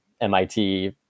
MIT